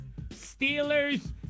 steelers